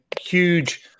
huge